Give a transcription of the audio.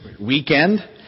weekend